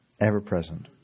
Ever-present